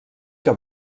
que